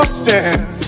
stand